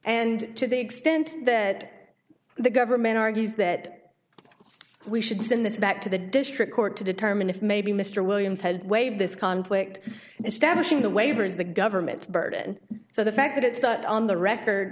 and to the extent that the government argues that we should send this back to the district court to determine if maybe mr williams had waived this conflict establishing the waiver is the government's burden so the fact that it's not on the record